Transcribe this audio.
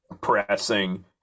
pressing